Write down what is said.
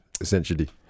essentially